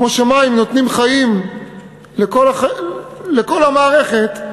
כמו שמים נותנים חיים לכל המערכת,